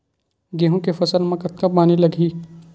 गेहूं के फसल म कतका पानी लगही?